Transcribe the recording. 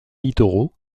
littoraux